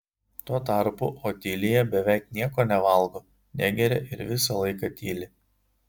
tuo tarpu otilija beveik nieko nevalgo negeria ir visą laiką tyli